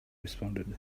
responded